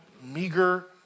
meager